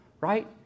right